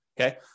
Okay